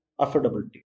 affordability